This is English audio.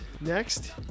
next